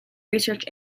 research